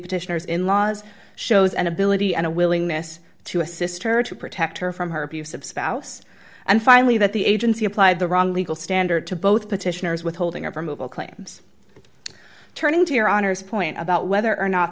petitioners in laws shows an ability and a willingness to assist her to protect her from her abusive spouse and finally that the agency applied the wrong legal standard to both petitioners withholding every move all claims turning to your honor's point about whether or not